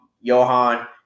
Johan